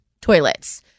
toilets